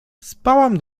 spałam